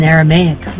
Aramaic